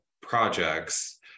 projects